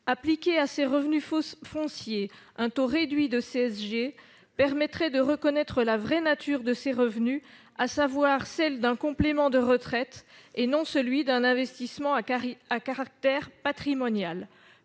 Appliqué à ces revenus fonciers, un taux réduit de CSG permettrait de reconnaître la vraie nature de ces revenus, qui constituent un complément de retraite, et non pas un investissement à caractère patrimonial.